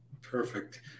Perfect